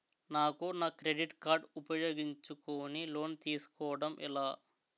నాకు నా credit card ఉపయోగించుకుని లోన్ తిస్కోడం ఎలా?